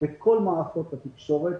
בכל מערכות התקשורת.